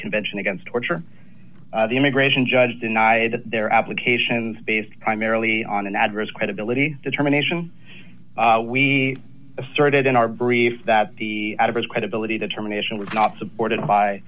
convention against torture the immigration judge denied that their applications based primarily on an address credibility determination we asserted in our brief that the out of his credibility determination was not supported by